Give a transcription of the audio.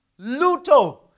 luto